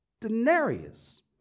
denarius